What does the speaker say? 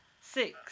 Six